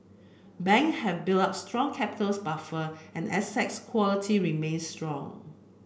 bank have built up strong capital buffer and assets quality remain strong